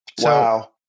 Wow